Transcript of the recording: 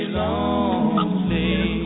lonely